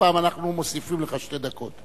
הפעם אנחנו מוסיפים לך שתי דקות.